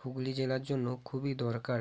হুগলি জেলার জন্য খুবই দরকার